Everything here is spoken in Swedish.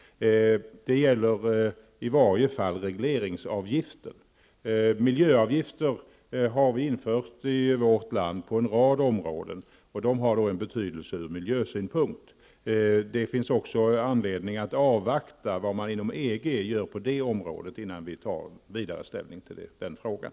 Det gäller i varje fall regleringsavgiften. Miljöavgifter har införts i vårt land på en rad områden, och dessa har betydelse ur miljösynpunkt. Det finns också anledning att avvakta vad man gör inom EG och att först därefter göra ytterligare ställningstaganden i den frågan.